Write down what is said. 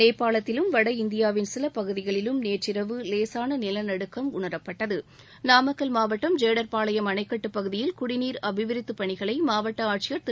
நேபாளத்திலும் வட இந்தியாவின் சில பகுதிகளிலும் நேற்றிரவு லேசான நிலநடுக்கம் உணரப்பட்டது நாமக்கல் மாவட்டம் ஜேடர்பாளையம் அணைக்கட்டு பகுதியில் குடிநீர் அபிவிருத்தி பணிகளை மாவட்ட ஆட்சியர் திரு